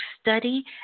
study